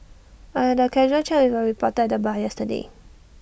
I had A casual chat with A reporter at the bar yesterday